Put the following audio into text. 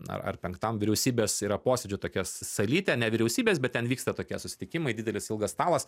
ar ar penktam vyriausybės yra posėdžių tokia salytė ane vyriausybės bet ten vyksta tokie susitikimai didelis ilgas stalas